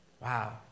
Wow